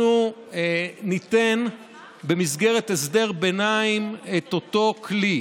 אנחנו ניתן במסגרת הסדר ביניים את אותו כלי,